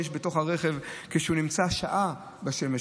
שיש בתוך הרכב כשהוא נמצא שעה בשמש,